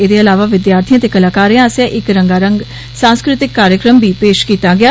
एह्दे अलावा विद्यार्थिएं ते कलाकारें आसेआ इक रंगारंग सांस्कृतिक कार्यक्रम बी पेश कीता गेआ